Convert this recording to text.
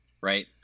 right